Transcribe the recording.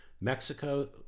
Mexico